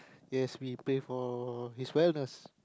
yes we pay for his wellness